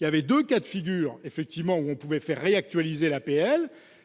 il y avait 2 cas de figure effectivement où on pouvait faire réactualiser l'APL,